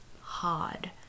hard